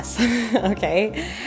okay